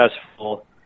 successful